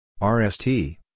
RST